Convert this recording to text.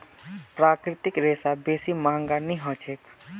प्राकृतिक रेशा बेसी महंगा नइ ह छेक